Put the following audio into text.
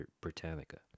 Britannica